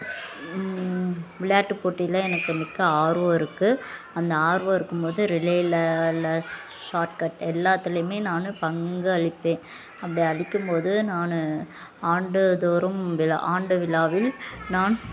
ஸ் விளாயாட்டுப் போட்டியில் எனக்கு மிக்க ஆர்வம் இருக்குது அந்த ஆர்வம் இருக்கும் போது ரிலேயில ல ஸ் ஷார்ட்கட் எல்லாத்திலையுமே நான் பங்கு அளிப்பேன் அப்படி அளிக்கும் போது நான் ஆண்டுதோறும் விழா ஆண்டு விழாவில் நான்